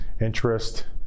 interest